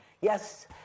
Yes